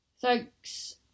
Thanks